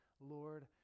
Lord